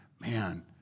man